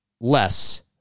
less